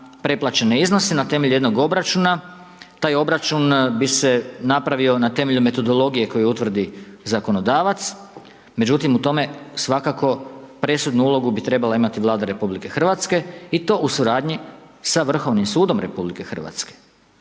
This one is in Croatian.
preplaćene iznose na temelju jednog obračuna. Taj obračun bi se napravio na temelju metodologije koju utvrdi zakonodavac, međutim, u tome svakako presudnu ulogu bi trebala imati Vlada RH i to u suradnji sa Vrhovnim sudom RH. Kada bi se